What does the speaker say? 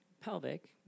pelvic